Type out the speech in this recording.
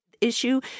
issue